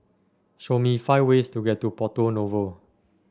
show me five ways to get to Porto Novo